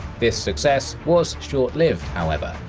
this success was short-lived, however,